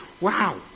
wow